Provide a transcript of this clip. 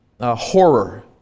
horror